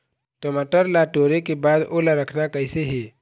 टमाटर ला टोरे के बाद ओला रखना कइसे हे?